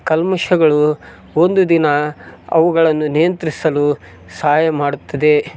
ಕಲ್ಮಶಗಳು ಒಂದು ದಿನ ಅವುಗಳನ್ನು ನಿಯಂತ್ರಿಸಲು ಸಹಾಯ ಮಾಡುತ್ತದೆ